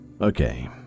Okay